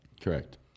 Correct